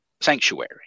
sanctuary